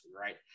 right